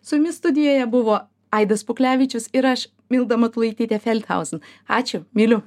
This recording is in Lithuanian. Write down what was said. su jumis studijoje buvo aidas puklevičius ir aš milda matulaitytė felthauzin ačiū myliu